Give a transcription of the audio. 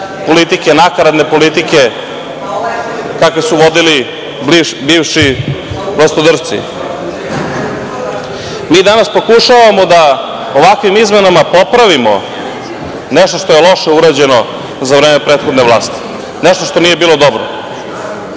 politike, nakaradne politike, takve su vodili bivši vlastodršci. Mi danas pokušavamo da ovakvim izmenama popravimo nešto što je loše urađeno za vreme prethodne vlasti, nešto što nije bilo dobro.